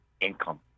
income